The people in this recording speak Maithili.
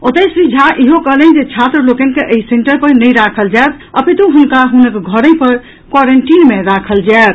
ओतहि श्री झा इहो कहलनि जे छात्र लोकनि के एहि सेन्टर पर नहि राखल जायत अपितु हुनका हुनक घरहिं पर क्वारेंटीन मे राखल जायत